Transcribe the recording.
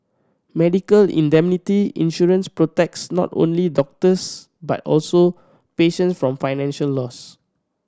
medical indemnity insurance protects not only doctors but also patient from financial loss